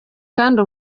kandi